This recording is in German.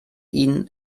ihn